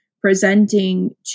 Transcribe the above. presenting